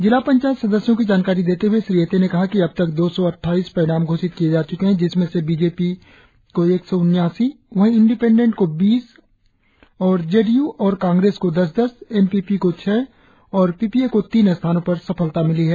जिला पंचायत सदस्यों की जानकारी देते हए श्री एते ने कहा कि अब तक दो सौ अड्डाइस परिणाम घोषित हो चुके है जिसमें से बीजेपी को एक सौ उन्यासी वही इंडीपेंडंट को बीस और जे डी यू और कांग्रेस को दस दस एन पी पी को छह और पीपीए को तीन स्थानों पर सफलता मिली है